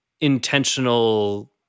intentional